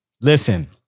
Listen